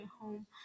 home